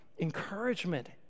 encouragement